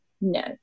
no